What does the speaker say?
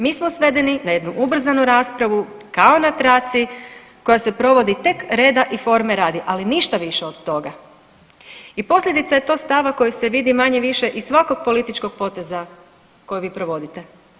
Mi smo svedeni na jednu ubrzanu raspravu kao na traci koja se provodi tek reda i forme radi, ali ništa više od toga i posljedica je to stava koji se vidi, manje-više iz svakog političkog poteza koji vi provodite.